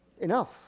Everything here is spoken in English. Enough